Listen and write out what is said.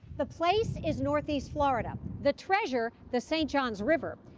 the place is northeast florida. the treasure, the st. johns river,